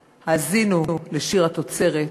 / האזינו לשיר התוצרת,